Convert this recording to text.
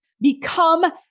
Become